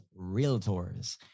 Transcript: realtors